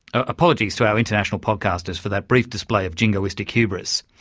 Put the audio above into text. apologies to our international podcasters for that brief display of jingoistic hubris.